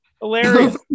Hilarious